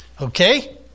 Okay